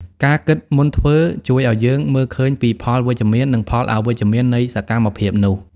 ការគិតមុនធ្វើ ជួយឱ្យយើងមើលឃើញពីផលវិជ្ជមាន និងផលអវិជ្ជមាននៃសកម្មភាពនោះ។